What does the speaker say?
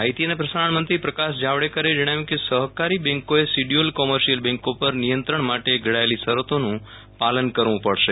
માહિતી અને પ્રસારણમંત્રી પ્રકાશ જાવડેકરે જણાવ્યું કે સહકારી બેન્કોએ શિડ્યુઅલ કોમર્શિયલ બેન્કો પર નિયંત્રણ માટે ઘડાયેલી શરતોનું પાલન કરવું પડશે